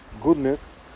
goodness